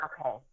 Okay